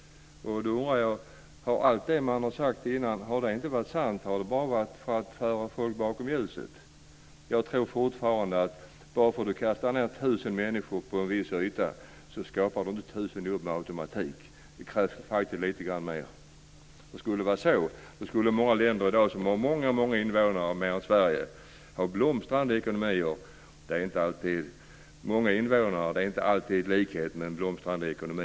Har då allt det som man har sagt innan inte varit sant, utan det har sagts bara för att föra folk bakom ljuset? Jag tror fortfarande att bara därför att man kastar ned tusen människor på en viss yta skapar man inte med automatik tusen jobb. Det krävs lite mer. Då skulle länder som i dag har många fler invånare än Sverige ha blomstrande ekonomier. Många invånare är inte alltid lika med en blomstrande ekonomi.